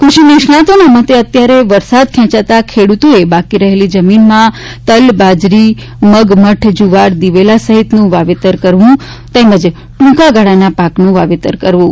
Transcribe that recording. કૃષિ નિષ્ણાંતોના મતે અત્યારે વરસાદ ખેંચાતા ખેડૂતોએ બાકી રહેતી જમીનમાં તલ બાજરી મગ મઠ જુવાર દિવેલા સહિતનું વાવેતર કરવું તેમજ ટૂંકાગાળાના પાકનું વાવેતર કરવું